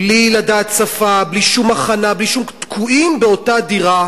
בלי לדעת שפה ובלי שום הכנה, תקועים באותה דירה